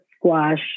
squash